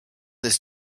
this